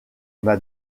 m’a